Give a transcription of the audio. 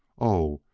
oh,